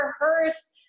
rehearse